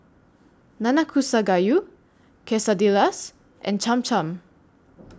Nanakusa Gayu Quesadillas and Cham Cham